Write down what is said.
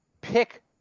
pick